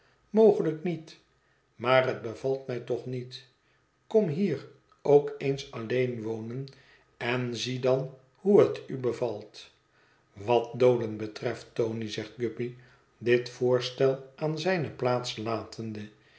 mogelijk niet maar het bevalt mij toch niet kom hier ook eens alleen wonen en zie dan hoe het u bevalt wat dooden betreft tony zegt guppy dit voorstel aan zijne plaats latende